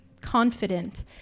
confident